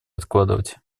откладывать